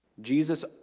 Jesus